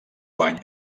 guany